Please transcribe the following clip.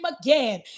again